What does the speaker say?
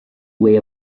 way